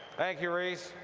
thank you reese.